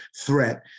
threat